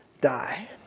die